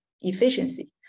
efficiency